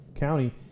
county